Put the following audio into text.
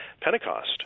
pentecost